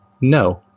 no